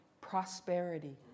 prosperity